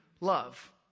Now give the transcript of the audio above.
love